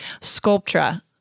Sculptra